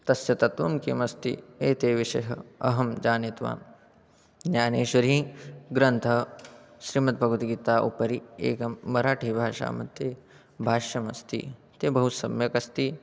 तस्य तत्त्वं किमस्ति एते विषयाः अहं ज्ञातवान् ज्ञानेश्वरी ग्रन्थः श्रीमद्भगवद्गीता उपरि एकं मराठीभाषा मध्ये भाष्यमस्ति ते बहु सम्यक् अस्ति